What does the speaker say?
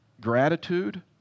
gratitude